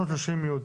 סעיף 330י: